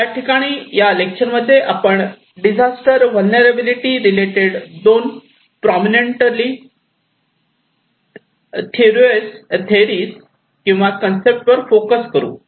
या ठिकाणी या लेक्चरमध्ये आपण डिझास्टर व्हलनेरलॅबीलीटी रिलेटेड दोन प्रोमिनन्ट अर्ली थिओरि किंवा कन्सेप्ट वर फोकस करू